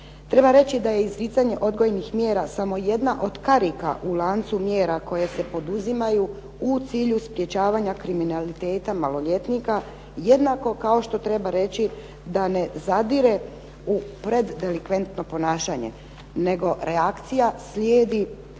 Treba reći da je izricanje odgojnih mjera samo jedna od karika u lancu mjera koje se poduzimaju u cilju sprječavanja kriminaliteta maloljetnika, jednako kao što treba reći da ne zadire u preddelikventno ponašanje nego reakcija slijedi tek